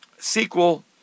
sequel